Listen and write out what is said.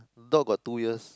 not got two years